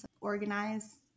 organize